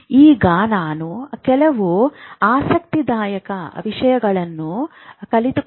ಈಗ ನಾವು ಕೆಲವು ಆಸಕ್ತಿದಾಯಕ ವಿಷಯಗಳನ್ನು ಕಲಿಯೋಣ